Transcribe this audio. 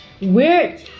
weird